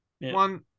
One